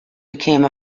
became